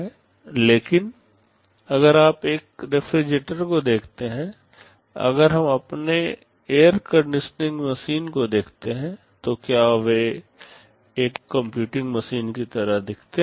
लेकिन अगर आप एक रेफ्रिजरेटर को देखते हैं अगर हम अपने एयर कंडीशनिंग मशीन को देखते हैं तो क्या वे एक कंप्यूटिंग मशीन की तरह दिखते हैं